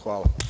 Hvala.